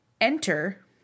enter